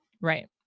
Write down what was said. Right